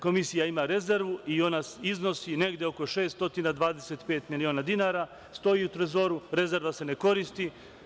Komisija ima rezervu i ona iznosi negde oko 625 miliona dinara, stoji u Trezoru, rezerva se ne koristi.